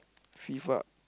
FIFA